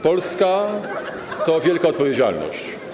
Polska to wielka odpowiedzialność.